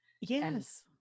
Yes